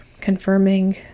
confirming